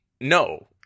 No